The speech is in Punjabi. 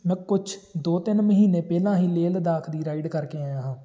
ਮੈਂ ਕੁਛ ਦੋ ਤਿੰਨ ਮਹੀਨੇ ਪਹਿਲਾਂ ਹੀ ਲੇਹ ਲਦਾਖ ਦੀ ਰਾਈਡ ਕਰਕੇ ਆਇਆ ਹਾਂ